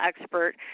expert